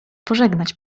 pożegnać